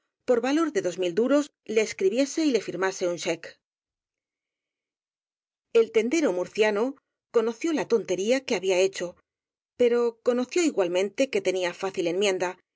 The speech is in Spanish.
por valor de dos mil duros le escribiese y le firmase un check el tendero murciano conoció la tontería que había hecho pero conoció igualmente que tenía fácil enmienda y